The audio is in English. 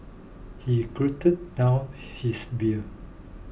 he down his beer